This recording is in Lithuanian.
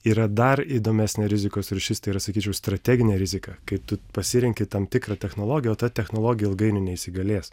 yra dar įdomesnė rizikos rūšis tai yra sakyčiau strateginė rizika kai tu pasirenki tam tikrą technologiją o ta technologija ilgainiui neįsigalės